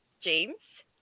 James